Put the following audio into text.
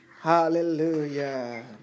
Hallelujah